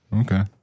okay